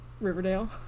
Riverdale